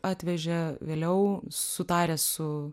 atvežė vėliau sutaręs su